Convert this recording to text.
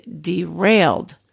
derailed